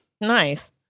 Nice